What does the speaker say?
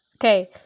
Okay